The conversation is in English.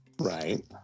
Right